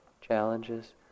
Challenges